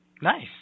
Nice